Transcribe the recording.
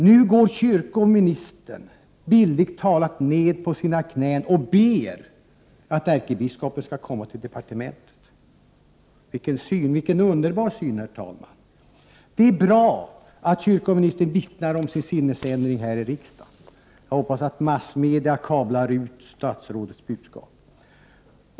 Nu går kyrkoministern, bildligt talat, ned på sina knän och ber att ärkebiskopen skall komma till departementet. Vilken syn, vilken underbar syn, herr talman! Det är bra att kyrkoministern här i kammaren vittnar om sin sinnesändring. Jag hoppas att massmedierna kablar ut statsrådets budskap.